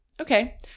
Okay